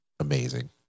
Amazing